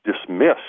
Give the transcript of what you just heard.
dismissed